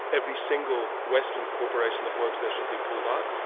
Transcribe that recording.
every single western corporation that works there should be pulled out?